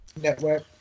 network